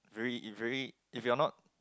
very it very if you're not